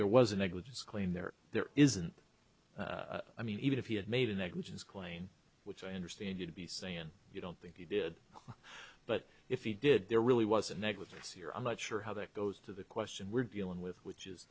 there was a negligence clean there there isn't i mean even if he had made a negligence claim which i understand you to be saying you don't think he did but if he did there really wasn't negligence here i'm not sure how that goes to the question we're dealing with which is